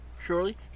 surely